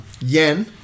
Yen